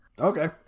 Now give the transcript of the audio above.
Okay